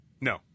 No